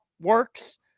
works